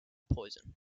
poison